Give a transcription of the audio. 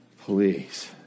please